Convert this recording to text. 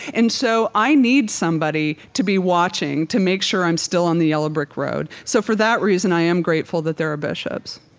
and so i need somebody to be watching to make sure i'm still on the yellow brick road. so for that reason, i am grateful that there are bishops